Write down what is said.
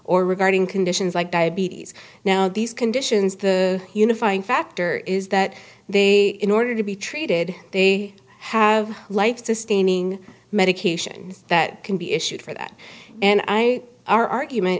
or regarding conditions like diabetes now these conditions the unifying factor is that they in order to be treated they have like sustaining medications that can be issued for that and i our argument